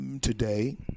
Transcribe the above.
today